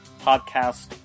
podcast